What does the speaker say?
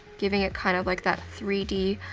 giving it kind of like that three d,